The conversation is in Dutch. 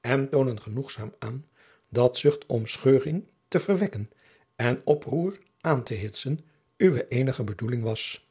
en toonen genoegzaam aan dat zucht om scheuring te verwekken en oproer aan te hitsen uwe eenige bedoeling was